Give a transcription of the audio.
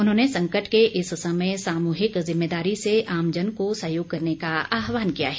उन्होंने संकट के इस समय सामूहिक जिम्मेदारी से आमजन को सहयोग करने का आहवान किया है